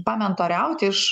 pamentoriaut iš